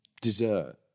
dessert